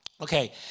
okay